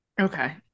Okay